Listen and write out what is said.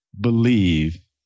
believe